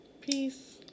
Peace